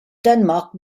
denmark